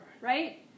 right